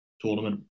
tournament